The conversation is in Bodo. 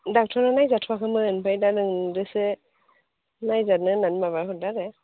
डख्ट'रा नायजाथ'वाखैमोन ओमफ्राय दा नोंजोंसो नायजानो होननानै माबाहरदों आरो